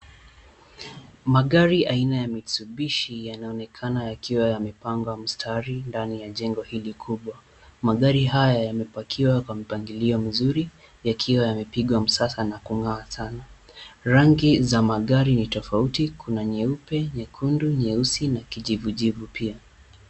Magari aina ya Mitbishi, yanaonekana yakiwa yamepangwa mstari ndani ya jengo hili kubwa. Magari haya yamepakiwa kwa mpangilio mzuri. Yakiwa yamepigwa msasa na kung'aa sana. Rangi za magari ni tofauti, kuna nyeupe, nyekundu, nyeusi na kijivu jivu pia.